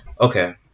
okay